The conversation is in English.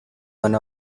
one